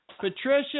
Patricia